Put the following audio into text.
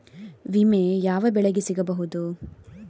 ವಿಮೆ ಯಾವ ಬೆಳೆಗೆ ಸಿಗಬಹುದು?